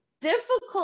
difficult